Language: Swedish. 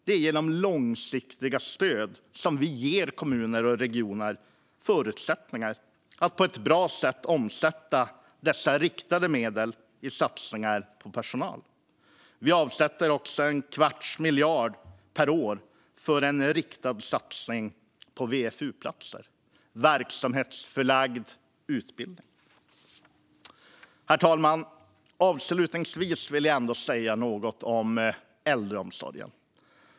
Det är genom långsiktiga stöd som vi ger kommuner och regioner förutsättningar att på ett bra sätt omsätta dessa riktade medel i satsningar på personal. Vi avsätter också en kvarts miljard per år för en riktad satsning på VFU-platser, alltså verksamhetsförlagd utbildning. Herr talman! Avslutningsvis vill jag säga något om äldreomsorgen.